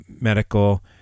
medical